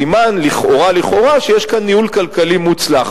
סימן לכאורה-לכאורה שיש כאן ניהול כלכלי מוצלח.